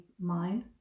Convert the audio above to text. mind